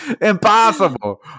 Impossible